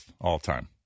all-time